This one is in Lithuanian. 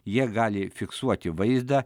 jie gali fiksuoti vaizdą